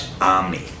Omni